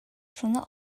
шуны